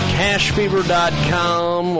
cashfever.com